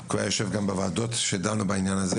כי הוא היה יושב גם בוועדות שדנו בעניין הזה